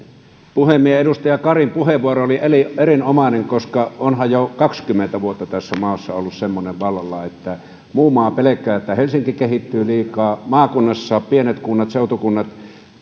puhemies edustaja karin puheenvuoro oli erinomainen koska onhan jo kaksikymmentä vuotta tässä maassa ollut semmoinen vallalla että muu maa pelkää että helsinki kehittyy liikaa maakunnassa pienet kunnat seutukunnat